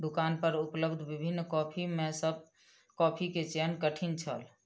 दुकान पर उपलब्ध विभिन्न कॉफ़ी में सॅ कॉफ़ी के चयन कठिन छल